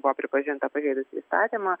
buvo pripažinta pažeidusi įstatymą